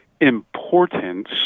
importance